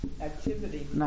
activity